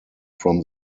from